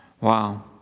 Wow